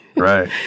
right